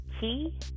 Key